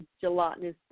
gelatinous